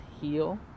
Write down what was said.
heal